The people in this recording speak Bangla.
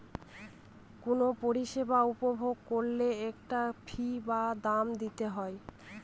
কোনো পরিষেবা উপভোগ করলে একটা ফী বা দাম দিতে হয়